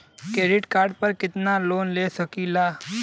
Credit card पर कितनालोन ले सकीला?